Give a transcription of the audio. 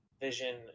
Vision